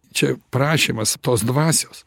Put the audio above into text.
čia prašymas tos dvasios